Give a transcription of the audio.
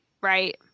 Right